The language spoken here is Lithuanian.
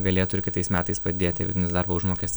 galėtų ir kitais metais padėti darbo užmokes